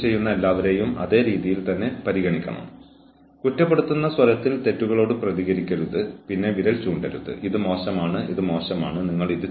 മറ്റ് കാര്യങ്ങൾക്കൊപ്പം അത് ഉപയോഗിക്കേണ്ട ഉദ്ദേശ്യങ്ങളും സ്വീകരിക്കേണ്ട സമീപനത്തിന്റെ സ്വഭാവവും വ്യക്തമാക്കുന്ന ഒന്ന്